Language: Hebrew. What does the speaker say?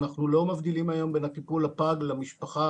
אנחנו לא מבדילים היום בין הטיפול בפג למשפחה.